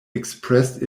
expressed